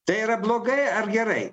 tai yra blogai ar gerai